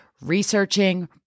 researching